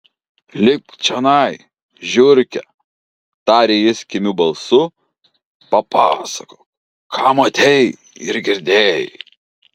lipk čionai žiurke tarė jis kimiu balsu papasakok ką matei ir girdėjai